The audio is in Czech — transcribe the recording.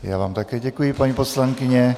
Já vám také děkuji, paní poslankyně.